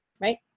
right